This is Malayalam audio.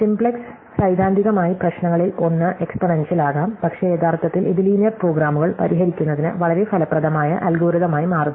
സിംപ്ലക്സ് സൈദ്ധാന്തികമായി പ്രശ്നങ്ങളിൽ ഒന്ന് എക്സ്പോണൻഷ്യൽ ആകാം പക്ഷേ യഥാർത്ഥത്തിൽ ഇത് ലീനിയർ പ്രോഗ്രാമുകൾ പരിഹരിക്കുന്നതിന് വളരെ ഫലപ്രദമായ അൽഗോരിതം ആയി മാറുന്നു